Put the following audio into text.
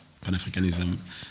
Pan-Africanism